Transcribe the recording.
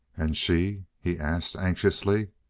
and she? he asked anxiously.